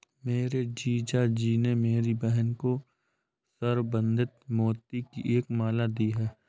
मेरे जीजा जी ने मेरी बहन को संवर्धित मोती की एक माला दी है